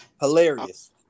Hilarious